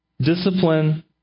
Discipline